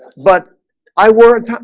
but i were to